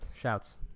Shouts